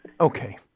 Okay